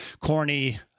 corny